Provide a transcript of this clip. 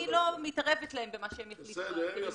אני לא מתערבת להם במה שהם יחליטו לעשות.